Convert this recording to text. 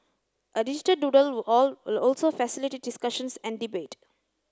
a digital doodle wall will also facilitate discussions and debate